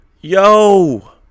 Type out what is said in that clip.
Yo